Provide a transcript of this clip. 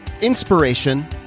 inspiration